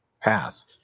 path